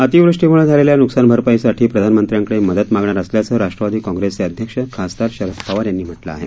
अतिवृष्टीमुळे झालेल्या नुकसान भरपाईसाठी प्रधानमंत्र्यांकडे मदत मागणार असल्याचं राष्ट्रवादी काँग्रेसचे अध्यक्ष खासदार शरद पवार यांनी म्हटलं आहे